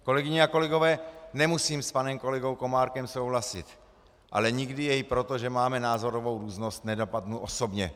Kolegyně a kolegové, nemusím s panem kolegou Komárkem souhlasit, ale nikdy jej proto, že máme názorovou různost, nenapadnu osobně.